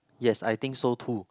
yes I think so too